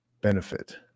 benefit